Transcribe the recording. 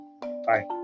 Bye